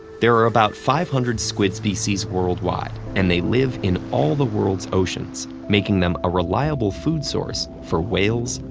there are about five hundred squid species worldwide, and they live in all the world's oceans, making them a reliable food source for whales,